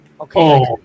Okay